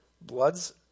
bloods